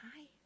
Hi